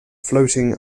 floating